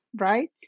right